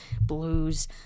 blues